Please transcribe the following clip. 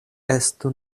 estu